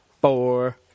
four